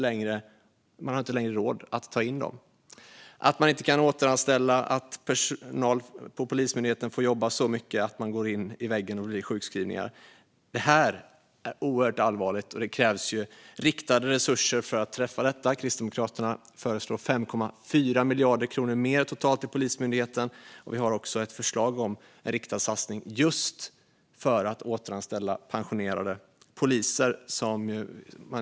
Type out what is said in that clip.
Man kan inte längre återanställa, och personal på Polismyndigheten får jobba så mycket att människor går in i väggen och blir sjukskrivna. Det här är oerhört allvarligt, och det krävs riktade resurser för att träffa detta. Kristdemokraterna föreslår totalt 5,4 miljarder kronor mer till Polismyndigheten. Vi har också ett förslag om en riktad satsning just för att återanställa pensionerade poliser.